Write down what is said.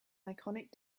iconic